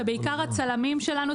ובעיקר הצלמים שלנו,